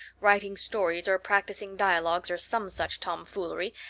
writing stories or practicing dialogues or some such tomfoolery,